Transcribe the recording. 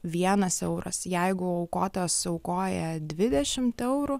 vienas euras jeigu aukotojas aukoja dvidešimt eurų